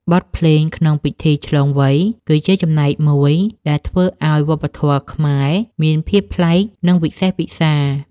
បទភ្លេងក្នុងពិធីឆ្លងវ័យ គឺជាចំណែកមួយដែលធ្វើឱ្យវប្បធម៌ខ្មែរមានភាពប្លែក និងវិសេសវិសាល។